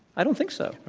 i don't think so.